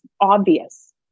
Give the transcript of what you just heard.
obvious